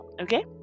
okay